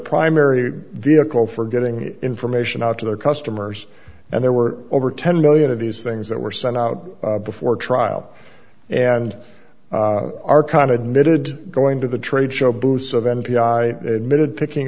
primary vehicle for getting information out to their customers and there were over ten million of these things that were sent out before trial and are kind of knitted going to the trade show booths of n p i admitted picking